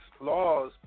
laws